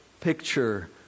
picture